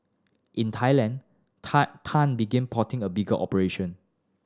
in Thailand Tan Tan begin plotting a bigger operation